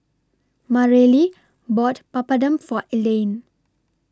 Mareli bought Papadum For Elaine